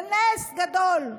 בנס גדול.